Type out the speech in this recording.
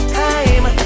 time